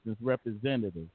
representative